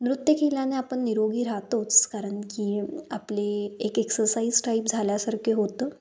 नृत्य केल्याने आपण निरोगी राहतोच कारण की आपले एक एक्सरसाईज टाईप झाल्यासारखे होतं